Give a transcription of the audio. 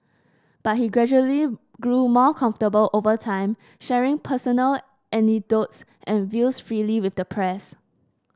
but he gradually grew more comfortable over time sharing personal anecdotes and views freely with the press